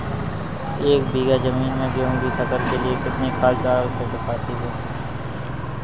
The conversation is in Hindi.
एक बीघा ज़मीन में गेहूँ की फसल के लिए कितनी खाद की आवश्यकता पड़ती है?